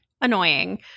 Annoying